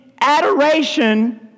adoration